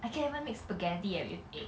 I can even make spaghetti eh with egg